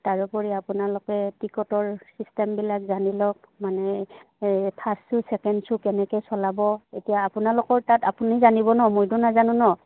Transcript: তাৰোপৰি আপোনালোকে টিকটৰ চিষ্টেমবিলাক জানি লওক মানে এই ফাৰ্ষ্ট শ্বু ছেকেণ্ড শ্বু কেনেকে চলাব এতিয়া আপোনালোকৰ তাত আপুনি জানিব ন মইতো নাজানো ন